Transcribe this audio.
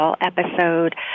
episode